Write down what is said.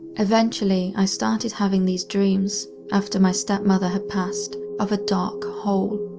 eventually i started having these dreams, after my step-mother had passed, of a dark hole.